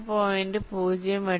083 ഉം 1